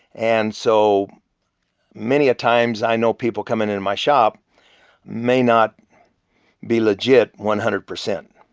and so many a times, i know people coming into my shop may not be legit one hundred percent,